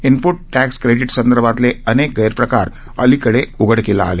input tax क्रेडिटसंदर्भातले अनेक गैरप्रकार अलिकडे उघडकीला आले